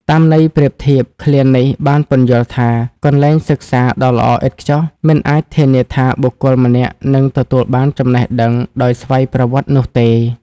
តាមន័យប្រៀបធៀប ឃ្លានេះបានពន្យល់ថា កន្លែងសិក្សាដ៏ល្អឥតខ្ចោះ មិនអាចធានាថាបុគ្គលម្នាក់នឹងទទួលបានចំណេះដឹងដោយស្វ័យប្រវត្តិនោះទេ។